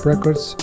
Records